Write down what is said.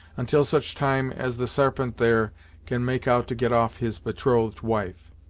until such time as the sarpent there can make out to get off his betrothed wife.